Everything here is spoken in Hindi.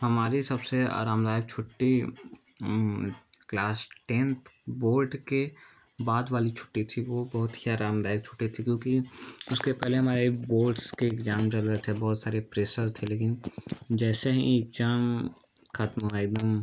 हमारी सबसे आरामदायक छुट्टी क्लास टेन्थ बोर्ड के बाद वाली छुट्टी थी वह बहुत ही आरामदायक छुट्टी थी क्योंकि उसके पहले हमारे बोर्ड्स के इग्जाम चल रए थे बहुत सारा प्रेसर थे लेकिन जैसे ही इक्जाम ख़त्म हुआ एक दम